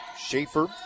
Schaefer